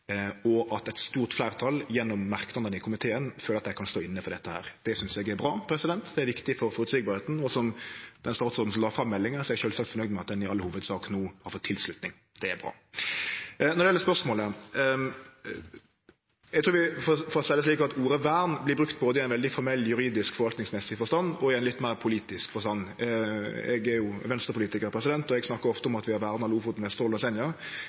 og at eit stort fleirtal, gjennom merknadene i komitéinnstillinga, føler at dei kan stå inne for dette. Det synest eg er bra. Det er viktig for å vere føreseieleg. Og som den statsråden som la fram meldinga, er eg sjølvsagt fornøyd med at ho i all hovudsak no får tilslutning. Det er bra. Til spørsmålet: Eg trur ordet «vern» vert brukt både i ein veldig formell juridisk og forvaltningsmessig forstand og i ein litt meir politisk forstand. Eg er Venstre-politikar, og eg snakkar ofte om at vi har verna Lofoten, Vesterålen og Senja.